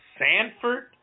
Sanford